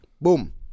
boom